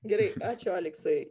gerai ačiū aleksai